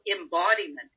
embodiment